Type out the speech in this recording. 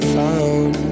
found